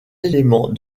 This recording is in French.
éléments